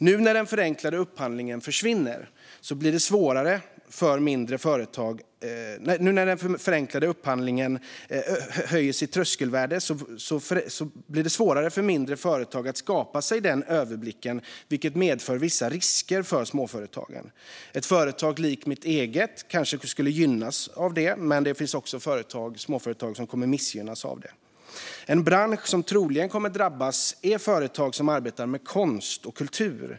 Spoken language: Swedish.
Nu när den förenklade upphandlingen höjer sitt tröskelvärde blir det svårare för mindre företag att skapa sig den överblicken, vilket medför vissa risker för småföretagen. Ett företag likt mitt eget kanske gynnas av det, men det finns också småföretag som missgynnas av det. En bransch som troligen kommer att drabbas är företag som arbetar med konst och kultur.